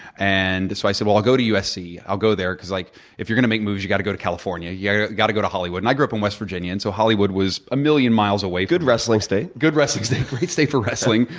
and so i said i'll i'll go to usc. i'll go there because, like if you're going to make movies, you got to go to california. yeah you got to go to hollywood. and i grew up in west virginia. and so hollywood was a million miles away. good wrestling state. good wrestling state. great state for wrestling,